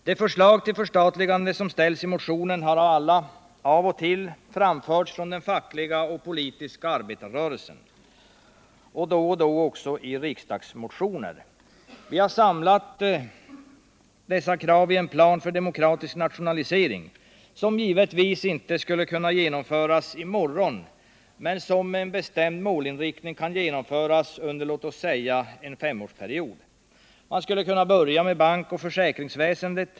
De förslag till förstatligande som ställts i motionen har alla, av och till, framförts från den fackliga och politiska arbetarrörelsens sida och då och då också i riksdagsmotioner. Vi har samlat dessa krav i en plan för demokratisk nationalisering, som givetvis inte skulle kunna genomföras i morgon men som med en bestämd målinriktning kan genomföras under låt oss säga en femårsperiod. Man skulle kunna börja med bankoch försäkringsväsendet.